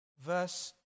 Verse